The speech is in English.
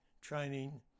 training